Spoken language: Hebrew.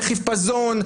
בחיפזון.